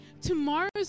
Tomorrow's